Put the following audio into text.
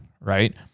right